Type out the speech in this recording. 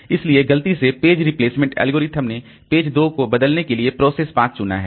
इसलिए गलती से पेज रिप्लेसमेंट एल्गोरिथ्म ने पेज 2 को बदलने के लिए प्रोसेस 5 चुना है